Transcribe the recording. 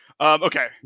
Okay